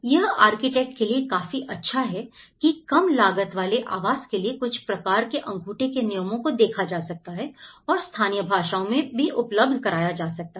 यह आर्किटेक्ट के लिए काफी अच्छा है कि कम लागत वाले आवास के लिए कुछ प्रकार के अंगूठे के नियमों को देखा जा सकता है और स्थानीय भाषाओं में भी उपलब्ध कराया जा सकता है